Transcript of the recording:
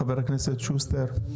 חבר הכנסת שוסטר.